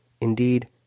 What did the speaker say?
Indeed